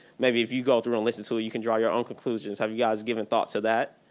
maybe if you go through and listen to it, you can draw your own conclusions. have you guys given thought to that?